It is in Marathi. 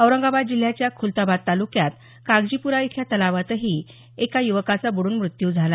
औरंगाबाद जिल्ह्याच्या खुलताबाद तालुक्यात कागजीपुरा इथल्या तलावातही एका युवकाचा बुडून मृत्यू झाला